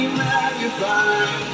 magnified